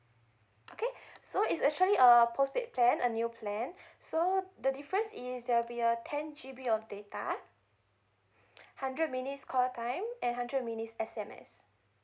okay so it's actually a postpaid plan a new plan so the difference is there will be a ten G_B of data hundred minutes call time and hundred minutes S_M_S